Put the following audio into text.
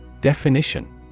Definition